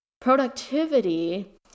Productivity